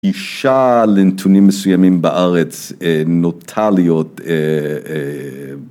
אישה לנתונים מסוימים בארץ נוטה להיות